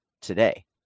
today